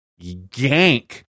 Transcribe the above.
gank